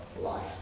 life